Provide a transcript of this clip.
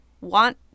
want